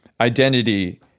identity